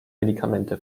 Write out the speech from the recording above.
medikamente